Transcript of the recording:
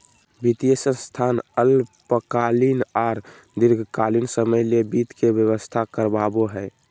वित्तीय संस्थान अल्पकालीन आर दीर्घकालिन समय ले वित्त के व्यवस्था करवाबो हय